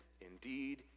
indeed